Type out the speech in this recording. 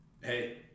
Hey